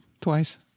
Twice